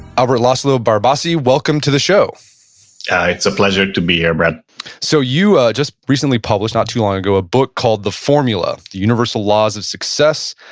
albert laszlo barabasi, welcome to the show it's a pleasure to be here brett so you ah just recently published, not too long ago, a book called the formula the universal laws of success,